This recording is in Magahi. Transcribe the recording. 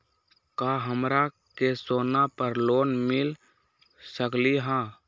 का हमरा के सोना पर लोन मिल सकलई ह?